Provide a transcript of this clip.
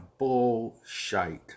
Bullshite